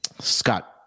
Scott